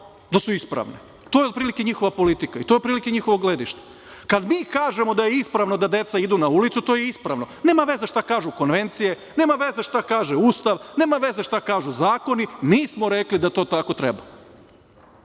da su ispravne. To je otprilike njihova politika i to je otprilike njihovo gledište. Kad mi kažemo da je ispravno da deca idu na ulicu, to je ispravno, nema veze šta kažu konvencije, nema veze šta kaže Ustav, nema veze šta kažu zakoni, mi smo rekli da to tako treba. Bori